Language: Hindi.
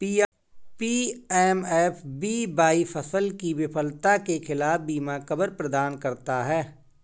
पी.एम.एफ.बी.वाई फसल की विफलता के खिलाफ बीमा कवर प्रदान करता है